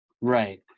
Right